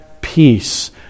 peace